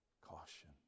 caution